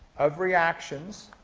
of reactions